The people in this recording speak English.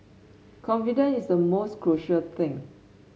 confidence is the most crucial thing